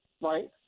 Right